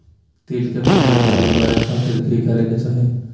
तिल के फसल जल्दी बड़े खातिर की करे के चाही?